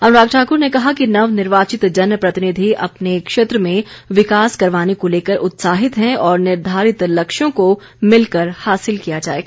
अनुराग ठाकुर ने कहा कि नवनिर्वाचित जन प्रतिनिधि अपने क्षेत्र में विकास करवाने को लेकर उत्साहित हैं और निर्धारित लक्ष्यों को मिलकर हासिल किया जाएगा